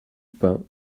pain